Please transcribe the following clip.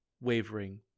wavering